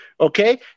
okay